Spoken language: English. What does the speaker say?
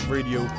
Radio